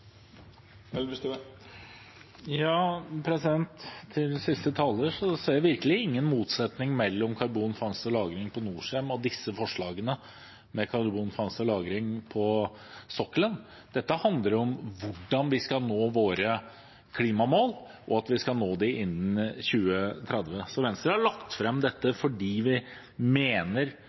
ser virkelig ingen motsetning mellom karbonfangst og -lagring på Norcem og disse forslagene, om karbonfangst og -lagring på sokkelen. Dette handler om hvordan vi skal nå våre klimamål, og at vi skal nå dem innen 2030. Venstre har lagt fram dette fordi vi mener